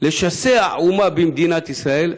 לשסע אומה במדינת ישראל?